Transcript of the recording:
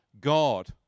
God